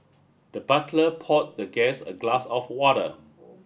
the butler poured the guest a glass of water